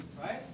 right